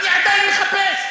ואני עדיין מחפש.